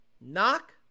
Knock